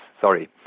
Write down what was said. sorry